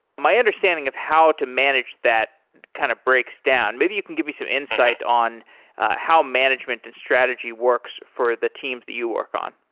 my understanding of how to manage that kind of breaks down. maybe you can give me some insight on how management and strategy works for the teams that you work on.